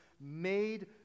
made